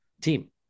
team